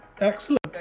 Excellent